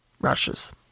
rushes